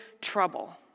trouble